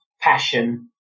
passion